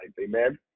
Amen